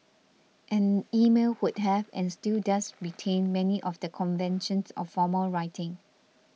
and email would have and still does retain many of the conventions of formal writing